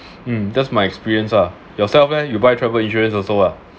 mm that's my experience ah yourself leh you buy travel insurance also ah